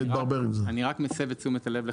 אני רק מסב את תשומת הלב לכך,